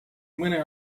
mõne